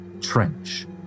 trench